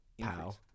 Pow